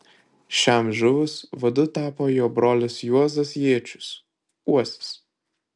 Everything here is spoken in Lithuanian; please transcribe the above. šiam žuvus vadu tapo jo brolis juozas jėčius uosis